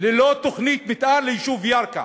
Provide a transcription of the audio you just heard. ללא תוכנית מתאר ליישוב ירכא,